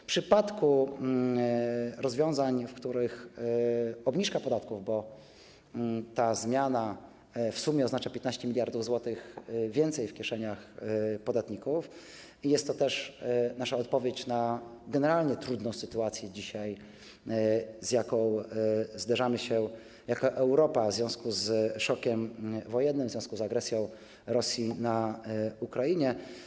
W przypadku rozwiązań dotyczących obniżki podatków, bo ta zmiana w sumie oznacza 15 mld zł więcej w kieszeniach podatników, jest to też nasza odpowiedź na generalnie trudną sytuację, z jaką dzisiaj zderzamy się jako Europa w związku z szokiem wojennym, w związku z agresją Rosji na Ukrainę.